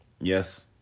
Yes